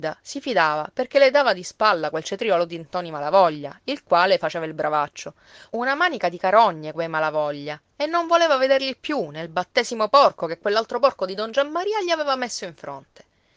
si fidava perché le dava di spalla quel cetriolo di ntoni malavoglia il quale faceva il bravaccio una manica di carogne quei malavoglia e non voleva vederli più nel battesimo porco che quell'altro porco di don giammaria gli aveva messo in fronte